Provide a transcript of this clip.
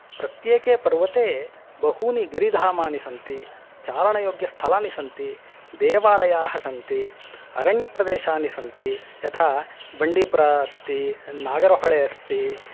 प्रत्येके पर्वते बहूनि गिरिधामानि सन्ति चारणयोग्यस्थलानि सन्ति देवालयाः सन्ति अरण्यप्रदेशानि सन्ति यथा बण्डिपुर अस्ति नागरहोले अस्ति